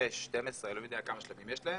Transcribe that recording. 6, 12, אלוהים יודע כמה שלבים יש להם,